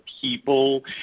people